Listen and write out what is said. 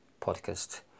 podcast